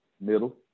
Middle